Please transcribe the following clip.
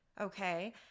okay